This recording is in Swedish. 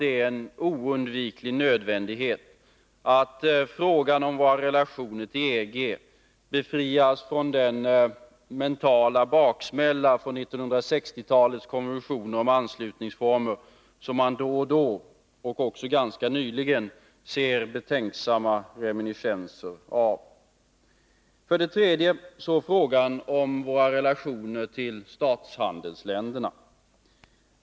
Det är oundvikligen nödvändigt att frågan om våra relationer till EG befrias från den mentala baksmälla från 1960-talets konvulsioner om anslutningsformen som man då och då — även ganska nyligen — ser betänkliga reminiscenser av. För det tredje kommer jag till frågan om våra relationer till statshandelsländerna.